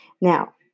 Now